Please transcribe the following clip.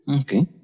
Okay